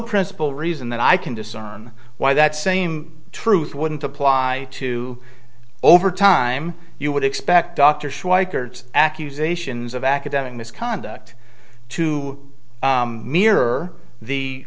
principal reason that i can discern why that same truth wouldn't apply to over time you would expect dr schweikert accusations of academic misconduct to mirror the